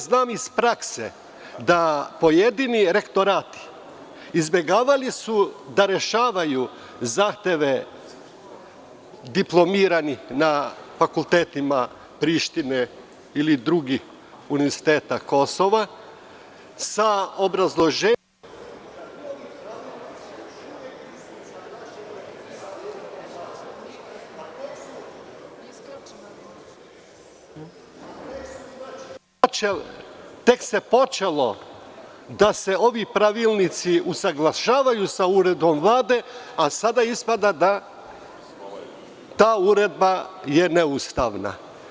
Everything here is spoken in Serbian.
Znam iz prakse da su pojedini rektorati izbegavali da rešavaju zahteve diplomiranih na fakultetima Prištine ili drugih univerziteta Kosova sa obrazloženjem… [[isključen mikrofon.]] tek je počelo sa usaglašavanjem ovih pravilnika sa uredbom Vlade, a sada ispada da je ta uredba neustavna.